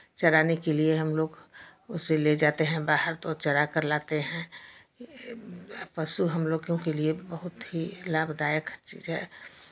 चराने के लिए हम लोग उसे ले जाते हैं बाहर तो चराकर लाते हैं पशु हम लोगों के लिए बहुत ही लाभदायक चीज़ है